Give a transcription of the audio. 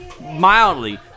mildly